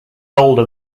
older